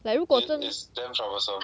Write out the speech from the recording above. like 如果真